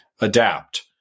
adapt